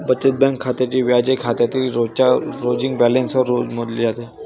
बचत बँक खात्याचे व्याज हे खात्यातील रोजच्या क्लोजिंग बॅलन्सवर रोज मोजले जाते